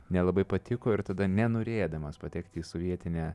nelabai patiko ir tada nenorėdamas patekti į sovietinę